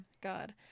God